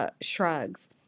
shrugs